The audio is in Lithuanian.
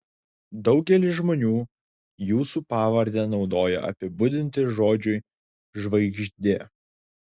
daugelis žmonių jūsų pavardę naudoja apibūdinti žodžiui žvaigždė